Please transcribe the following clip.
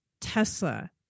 Tesla